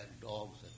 dogs